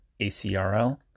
ACRL